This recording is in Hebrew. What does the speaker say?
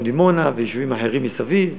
גם דימונה ויישובים אחרים מסביב,